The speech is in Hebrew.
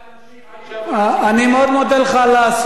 אני מאוד מודה לך על הסיוע הנדיב,